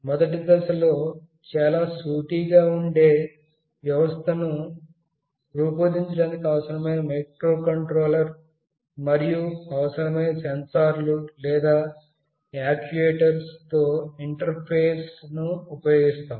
మొదటి దశలో చాలా సూటిగా ఉండే వ్యవస్థను రూపొందించడానికి అవసరమైన మైక్రోకంట్రోలర్ మరియు అవసరమైన సెన్సార్లు లేదా యాక్యుయేటర్ల తో ఇంటర్ఫేస్ను ఉపయోగిస్తాము